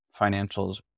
financials